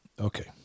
Okay